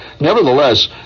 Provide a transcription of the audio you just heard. nevertheless